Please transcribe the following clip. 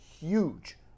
huge